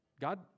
God